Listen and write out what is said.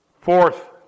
Fourth